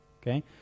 okay